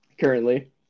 Currently